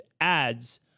ads